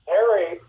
Harry